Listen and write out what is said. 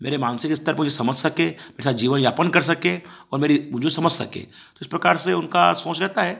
मेरे मानसिक स्तर को जो समझ सके मेरे साथ जीवन यापन कर सके और मेरी मुझे वो समझ सके तो इस प्रकार से उनका सोच रहता है